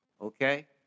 okay